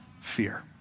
fear